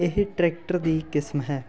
ਇਹ ਟਰੈਕਟਰ ਦੀ ਕਿਸਮ ਹੈ